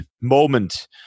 moment